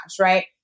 right